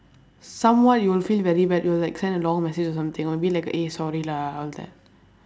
somewhat you will feel very bad you will like send a long message or something or be like eh sorry lah all that